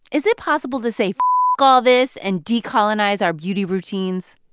is it possible to say all this and decolonize our beauty routines?